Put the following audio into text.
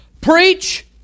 Preach